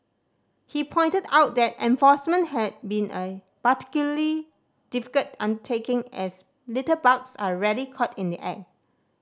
he pointed out that enforcement had been a particularly difficult undertaking as litterbugs are rarely caught in the act